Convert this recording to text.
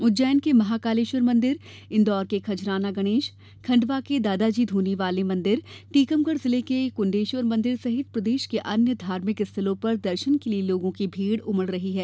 उज्जैन के महाकालेश्वर मंदिर इंदौर के खजराना गणेश खंडवा के दादाजी ध्रनीवाले मंदिर टीकमगढ़ जिले के कुंडेश्वर मंदिर सहित प्रदेश के अन्य धार्मिक स्थलों पर दर्शन के लिए लोगों की भीड़ उमड़ रही है